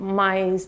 mas